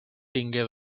tingué